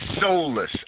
soulless